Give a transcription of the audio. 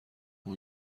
اون